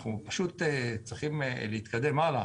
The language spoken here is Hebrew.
אנחנו פשוט צריכים להתקדם הלאה,